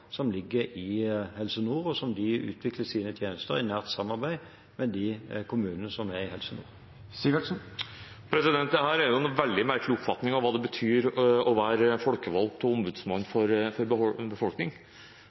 som ligger i Helse Nord, og de utvikler sine tjenester i nært samarbeid med kommunene som er med i Helse Nord. Dette er en veldig merkelig oppfatning av hva det betyr å være folkevalgt og ombudsmann for en befolkning.